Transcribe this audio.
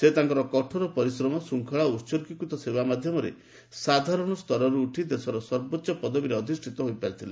ସେ ତାଙ୍କର କଠୋର ପରିଶ୍ରମ ଶୃଙ୍ଖଳା ଓ ଉତ୍ସର୍ଗୀକୃତ ସେବା ମାଧ୍ୟମରେ ସାଧାରଣ ସ୍ତରରୁ ଉଠି ଦେଶର ସର୍ବୋଚ୍ଚ ପଦବୀରେ ଅଧିଷ୍ଠିତ ହୋଇପାରିଥିଲେ